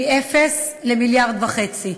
מאפס למיליארד וחצי.